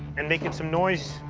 and making some noise.